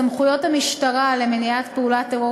סמכויות המשטרה למניעת פעולת טרור